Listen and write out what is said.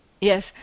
Yes